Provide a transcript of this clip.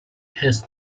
has